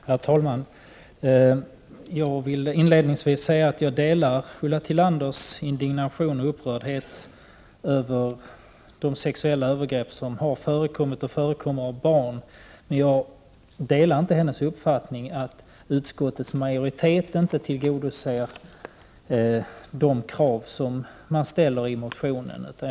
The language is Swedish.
Herr talman! Jag vill inledningsvis säga att jag delar Ulla Tillanders indignation och upprördhet över de sexuella övergrepp som har förekommit och förekommer mot barn, men jag delar inte hennes uppfattning att utskottets majoritet inte tillgodoser de krav som ställs i motionen.